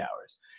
hours